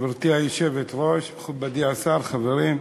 גברתי היושבת-ראש, מכובדי השר, חברים,